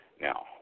Now